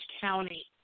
County